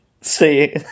See